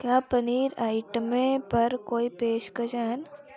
क्या पनीर आइटमें पर कोई पेशकशां हैन